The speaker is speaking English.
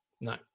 No